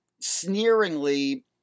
sneeringly